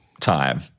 time